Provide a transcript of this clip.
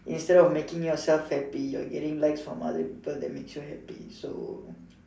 instead of making yourself happy you are getting likes from other people that makes you happy so